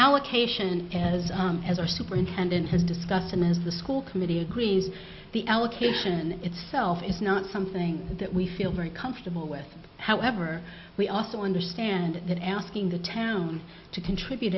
allocation as as our superintendent has discussed and as the school committee agrees the allocation itself is not something that we feel very comfortable west however we also understand that asking the town to contribute